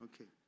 Okay